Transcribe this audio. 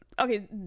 Okay